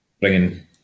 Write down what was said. bringing